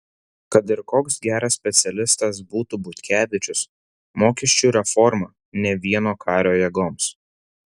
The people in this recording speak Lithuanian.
kad ir koks geras specialistas būtų butkevičius mokesčių reforma ne vieno kario jėgoms